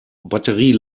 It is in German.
batterie